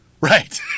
Right